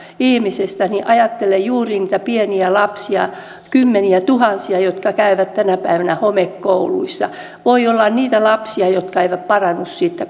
ihmisestä niin ajattelen juuri niitä pieniä lapsia kymmeniätuhansia jotka käyvät tänä päivänä homekouluissa voi olla niitä lapsia jotka eivät parane siitä